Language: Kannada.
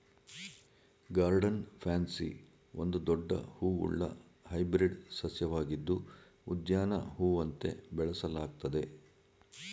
ಗಾರ್ಡನ್ ಪ್ಯಾನ್ಸಿ ಒಂದು ದೊಡ್ಡ ಹೂವುಳ್ಳ ಹೈಬ್ರಿಡ್ ಸಸ್ಯವಾಗಿದ್ದು ಉದ್ಯಾನ ಹೂವಂತೆ ಬೆಳೆಸಲಾಗ್ತದೆ